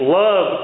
love